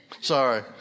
Sorry